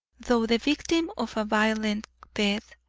though the victim of a violent death,